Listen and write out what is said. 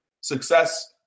Success